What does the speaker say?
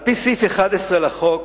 על-פי סעיף 11 לחוק,